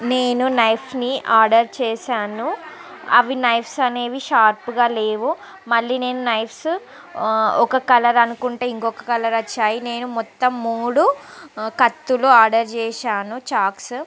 నేను నైఫ్ని ఆర్డర్ చేసాను అవి నైవ్స్ అనేవి షార్ప్గా లేవు మళ్ళీ నేను నైవ్స్ ఒక కలర్ అనుకుంటే ఇంకొక కలర్ వచ్చాయి నేను మొత్తం మూడు కత్తులు ఆర్డర్ చేసాను చాక్సు